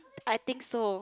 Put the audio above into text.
I think so